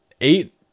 eight